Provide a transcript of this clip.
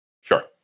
Sure